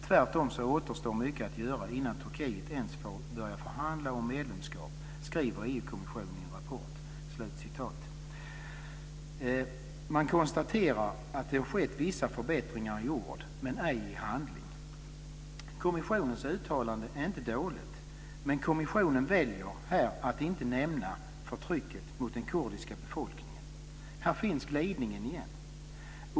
Tvärtom återstår mycket att göra innan Turkiet ens får börja förhandla om medlemskap, skriver EU-kommissionen i en rapport." Man konstaterar att det har skett vissa förbättringar i ord men ej i handling. Kommissionens uttalande är inte dåligt, men kommissionen väljer här att inte nämna förtrycket mot den kurdiska befolkningen. Här finns glidningen igen.